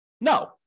No